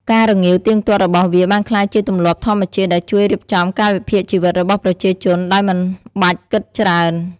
ការរងាវទៀងទាត់របស់វាបានក្លាយជាទម្លាប់ធម្មជាតិដែលជួយរៀបចំកាលវិភាគជីវិតរបស់ប្រជាជនដោយមិនបាច់គិតច្រើន។